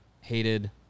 hated